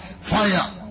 fire